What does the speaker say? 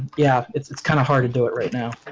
yeah, it's it's kind of hard to do it right now